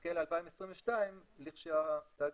נחכה ל-2022 לכשהתאגידים,